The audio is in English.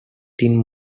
tin